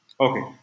Okay